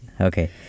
Okay